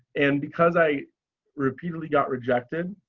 and because i repeatedly got rejected.